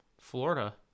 Florida